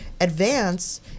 advance